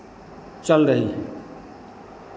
चल रही है